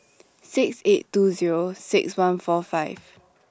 six eight two Zero six one four five